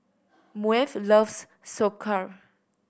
Myrle loves Sauerkraut